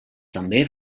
també